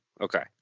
Okay